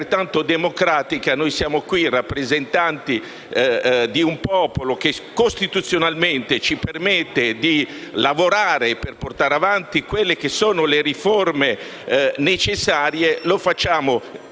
altrettanto democratica, siamo qui rappresentanti di un popolo che costituzionalmente ci permette di lavorare per portare avanti le riforme necessarie. Lo facciamo